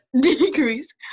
Decrease